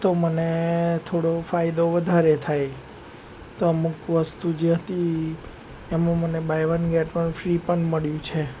તો મને થોડો ફાયદો વધારે થાય તો અમુક વસ્તુ જે હતી એમાં મને buy one get one free પણ મળ્યું છે